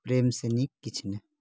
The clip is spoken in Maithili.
प्रेमसॅं नीक किछु नहि